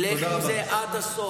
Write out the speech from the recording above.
לך עם זה עד הסוף.